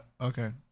okay